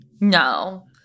No